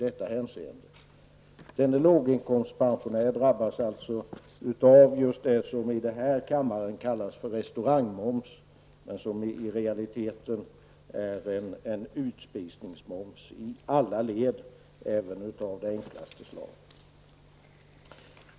Denne låginkomstpensionär drabbas alltså av det som i den här kammaren kallas restaurangmoms men som i realiteten är en utspisningsmoms i alla led, även beträffande utspisning av enklaste slag.